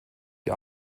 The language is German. die